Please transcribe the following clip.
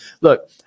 look